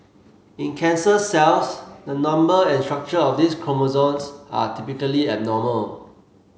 in cancer cells the number and structure of these chromosomes are typically abnormal